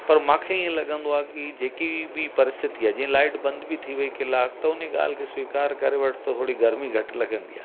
पर मूंखे ईअं लॻंदो आहे की जेकी बि परिस्थिति आहे जीअं लाइट बंदि बि थी वइ कलाक त उन ॻाल्हि खे स्वीकार करे वठितो थोरी गर्मी घटि लॻंदी आहे